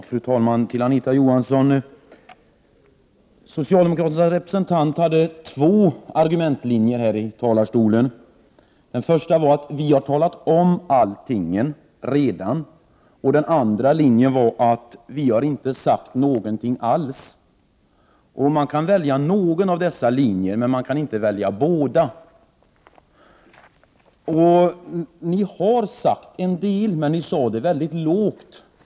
Fru talman! Till Anita Johansson vill jag säga följande. Socialdemokraternas representant hade två argumentationslinjer här i talarstolen. Den första var: Vi har talat om allt redan. Den andra linjen var: Vi har inte sagt någonting alls. Man kan välja någon av dessa linjer, men inte båda. Ni har sagt en del, men ni sade det mycket lågt.